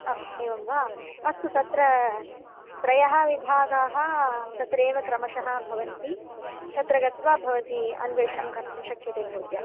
ओ एव अस्तु तत्र त्रयः विभागाः तत्रेव क्रमशः भवन्ति तत्र गत्वा भवत्या अन्वेषणं कर्तुं शक्यते भवत्या